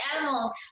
animals